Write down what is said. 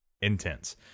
intense